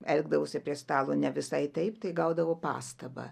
elgdavosi prie stalo ne visai taip tai gaudavo pastabą